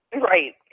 Right